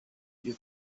you